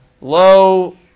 low